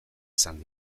esan